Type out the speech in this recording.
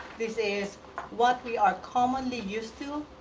this is what we are commonly used to.